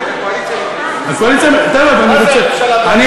מה זה הממשלה לדעתך?